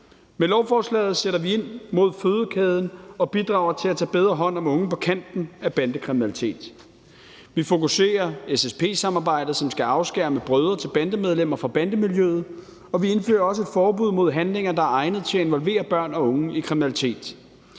Med lovforslaget sætter vi ind mod fødekæden og bidrager til at tage bedre hånd om unge på kanten af bandekriminalitet. Vi fokuserer SSP-samarbejdet, som skal afskærme brødre til bandemedlemmer fra bandemiljøet, og vi indfører også et forbud mod handlinger, der er egnet til at involvere børn og unge i kriminalitet,